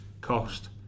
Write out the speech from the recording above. cost